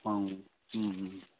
हँ हँ